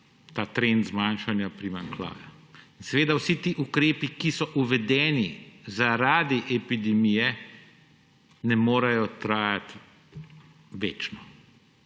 trendu zmanjšanja primanjkljaja. Vsi ti ukrepi, ki so uvedeni zaradi epidemije, ne morejo trajati večno.